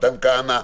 מתן כהנא,